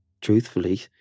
truthfully